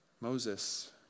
Moses